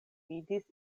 vidis